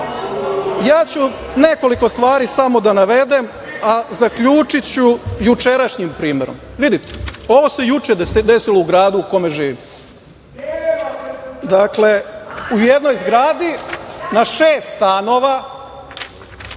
davno. Nekoliko stvari ću samo da navedem, a zaključiću jučerašnjim primerom. Vidite, ovo se juče desilo u gradu u kome živimo. Dakle, u jednoj zgradi na šest stanova